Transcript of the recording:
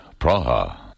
Praha